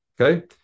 Okay